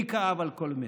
לי כאב על כל מת.